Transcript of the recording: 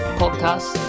podcast